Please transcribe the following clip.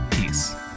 Peace